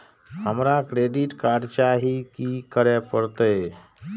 हमरा credit card चाही की करे परतै?